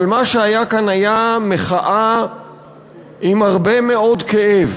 אבל מה שהיה כאן היה מחאה עם הרבה מאוד כאב